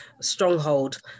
stronghold